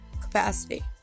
capacity